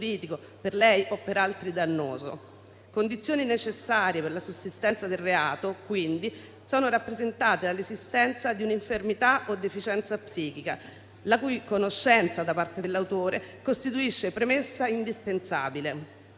per lei o per altri dannoso. Le condizioni necessarie per la sussistenza del reato sono quindi rappresentate dall'esistenza di un'infermità o di deficienza psichica, la cui conoscenza da parte dell'autore costituisce premessa indispensabile.